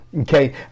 Okay